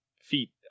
feet